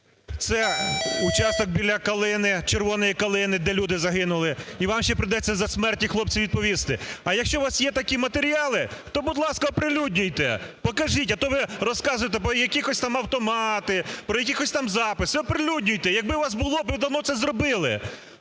це участок біля Червоної Калини, де люди загинули. І вам ще прийдеться за смерті хлопців відповісти. А якщо у вас є такі матеріали, то, будь ласка, оприлюднюйте, покажіть, а то ви розказуєте, про якісь там автомати, про якісь там записи. Оприлюднюйте! Якби у вас було, ви б давно це зробили.